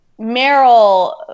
Meryl